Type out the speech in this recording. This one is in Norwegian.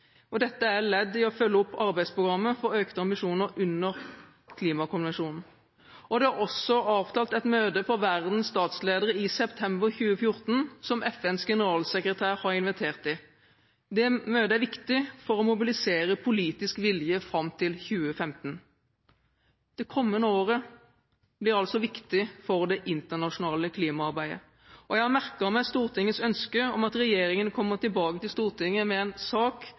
bredt. Dette er ledd i å følge opp arbeidsprogrammet for økte ambisjoner under klimakonvensjonen. Det er også avtalt et møte for verdens statsledere i september 2014 som FNs generalsekretær har invitert til. Det møtet er viktig for å mobilisere politisk vilje fram til 2015. Det kommende året blir altså viktig for det internasjonale klimaarbeidet, og jeg har merket meg Stortingets ønske om at regjeringen kommer tilbake til Stortinget med en sak